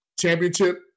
championship